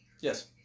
Yes